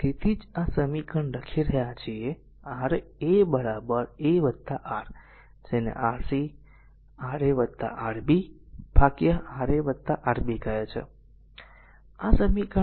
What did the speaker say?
તેથી જ આ સમીકરણ લખી રહ્યા છીએ r a a a r જેને Rc Ra Rb by Ra Rb કહે છે આ સમીકરણ 4a છે